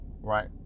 right